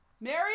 mary